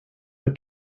were